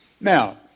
Now